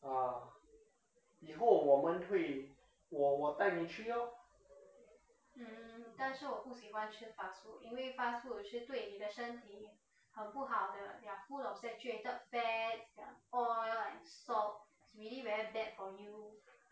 啊以后我们会我我带你去 lor